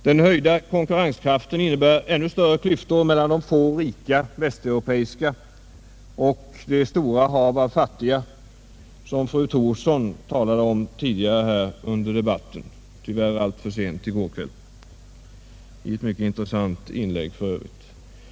Den höjda konkurrenskraften innebär ännu större klyftor mellan de få rika västeuropeiska länderna och ”det stora hav av fattiga” som fru Thorsson talat om tidigare under den här debatten — tyvärr alltför sent i går kväll , för övrigt i ett mycket intressant inlägg.